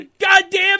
goddamn